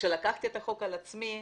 וכשלקחתי את החוק על עצמי,